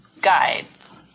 guides